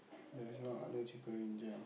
there's no Arnold chicken in Jem